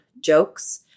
jokes